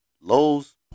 Lowe's